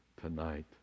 tonight